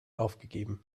aufgegeben